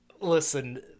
Listen